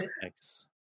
Thanks